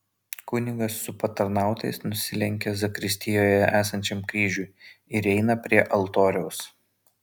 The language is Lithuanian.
kunigas su patarnautojais nusilenkia zakristijoje esančiam kryžiui ir eina prie altoriaus